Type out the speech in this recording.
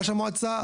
ראש המועצה?